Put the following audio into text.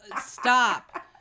stop